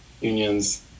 unions